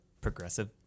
progressive